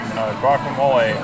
Guacamole